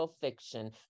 fiction